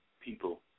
people